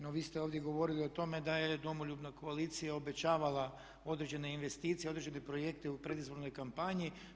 No, vi ste ovdje govorili o tome da je Domoljubna koalicija obećavala određene investicije, određene projekte u predizbornoj kampanji.